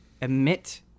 emit